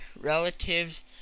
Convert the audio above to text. relatives